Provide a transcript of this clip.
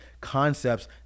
concepts